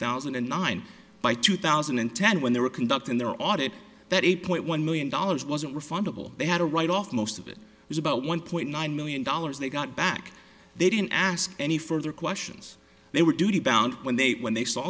thousand and nine by two thousand and ten when they were conducting their audit that eight point one million dollars wasn't refundable they had a write off most of it was about one point nine million dollars they got back they didn't ask any further questions they were duty bound when they when they saw